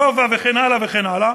גובה וכן הלאה וכן הלאה,